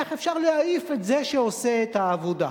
איך אפשר להעיף את זה שעושה את העבודה.